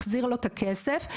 מחזיר לו את הכסף שנה או שנתיים אחרי